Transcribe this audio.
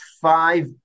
five